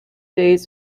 days